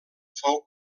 fou